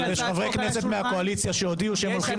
יש חברי כנסת מהקואליציה שהודיעו שהם הולכים